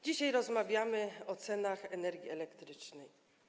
Dzisiaj rozmawiamy o cenach energii elektrycznej.